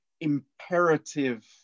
imperative